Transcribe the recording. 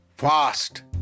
Fast